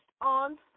on